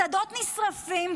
שדות נשרפים,